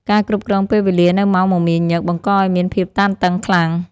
ការគ្រប់គ្រងពេលវេលានៅម៉ោងមមាញឹក បង្កឱ្យមានភាពតានតឹងខ្លាំង។